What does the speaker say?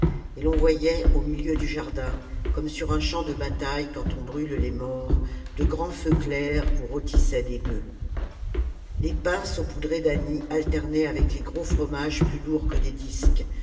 et l'on voyait au milieu du jardin comme sur un champ de bataille quand on brûle les morts de grands feux clairs où rôtissaient des bœufs les pains saupoudrés d'anis alternaient avec les gros fromages plus lourds que des disques